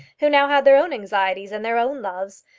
who now had their own anxieties and their own loves,